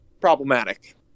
problematic